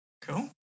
Cool